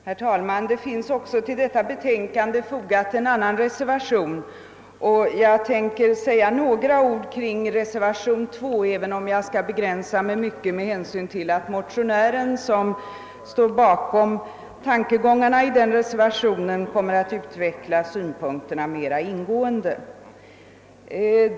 Herr talman! Det har till förevarande betänkande också fogats en annan reservation, nr 2, och jag ämnar säga några ord i anledning av denna. Jag skall dock i hög grad begränsa mina kommentarer med hänsyn till att den motionär som står bakom tankegångarna i denna reservation senare mera ingående kommer att utveckla sina synpunkter.